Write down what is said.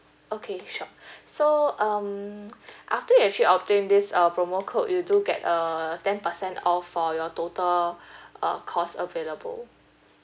okay sure so um after you actually obtain this uh promo code you do get uh ten percent off for your total uh cost available